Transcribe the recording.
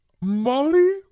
Molly